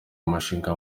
umushinga